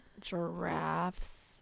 giraffes